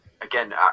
Again